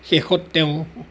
শেষত তেওঁ